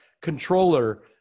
controller